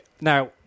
Now